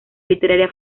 literaria